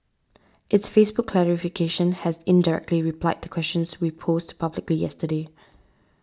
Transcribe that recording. its Facebook clarification has indirectly replied the questions we posed publicly yesterday